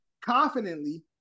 confidently